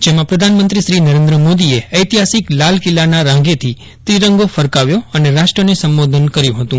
જેમાં પ્રધાનમંત્રી શ્રી નરેન્દ્ર મોદીએ ઐતિહાસિક લાલ કિલ્લાના રાંગેથી ત્રિ રંગો ફરકાવ્યો અને રાષ્ટ્રને સંબોધન કર્યું હતું